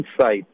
insight